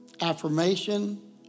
Affirmation